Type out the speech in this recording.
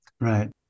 right